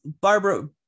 Barbara